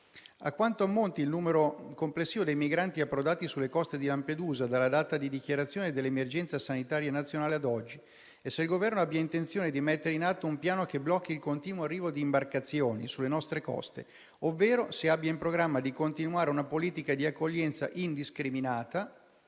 a quanto ammonta il numero complessivo dei migranti approdati sulle coste di Lampedusa, dalla data di dichiarazione dell'emergenza sanitaria nazionale ad oggi, e se il Governo abbia intenzione di mettere in atto un piano che blocchi il continuo arrivo di imbarcazioni sulle nostre coste, ovvero se abbia in programma di continuare una politica di accoglienza indiscriminata